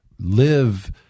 live